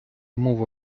мова